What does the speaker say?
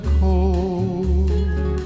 cold